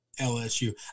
LSU